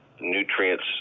nutrients